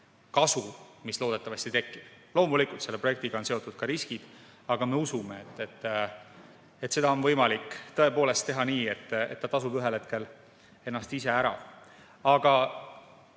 kasu, mis loodetavasti tekib. Loomulikult selle projektiga on seotud ka riskid, aga me usume, et seda on võimalik teha nii, et ta tasub ühel hetkel ennast ise ära. Aga